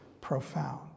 profound